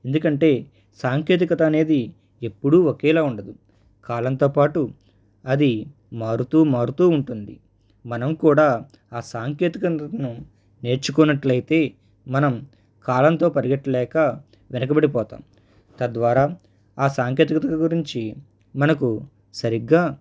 ఎందుకంటే సాంకేతికత అనేది ఎప్పుడూ ఒకేలా ఉండదు కాలంతో పాటు అది మారుతూ మారుతూ ఉంటుంది మనం కూడా ఆ సాంకేతికతను నేర్చుకోనట్లు అయితే మనం కాలంతో పరిగెత్త లేక వెనకపడిపోతాం తద్వారా ఆ సాంకేతికత గురించి మనకు సరిగ్గా